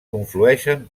conflueixen